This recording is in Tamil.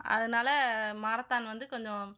அதனால் மாரத்தான் வந்து கொஞ்சம்